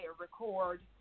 record